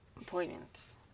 appointments